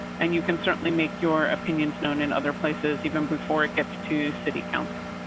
and you can certainly make your opinions known in other places even before it gets to city council.